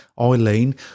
Eileen